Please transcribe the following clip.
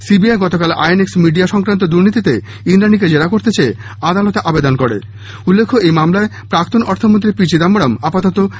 CBI গতকাল INX media সংক্রান্ত দুর্নীতিতে ইন্দ্রানীকে জেরা করতে চেয়ে আদালতে আবেদন করে উল্লেখ্য এই মামলায় প্রাক্তন অর্থমন্ত্রী পি চিদম্বরম আপাতত জেল হেফাজতে রয়েছেন